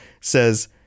says